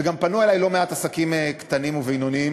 וגם פנו אלי לא מעט עסקים קטנים ובינוניים,